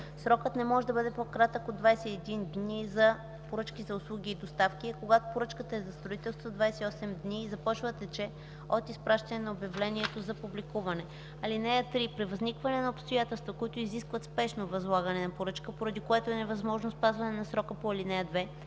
Срокът не може да бъде по-кратък от 21 дни за поръчки за услуги и доставки, а когато поръчката е за строителство – 28 дни, и започва да тече от изпращане на обявлението за публикуване. (3) При възникване на обстоятелства, които изискват спешно възлагане на поръчка, поради което е невъзможно спазването на срока по ал. 2,